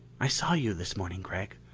i saw you this morning, gregg.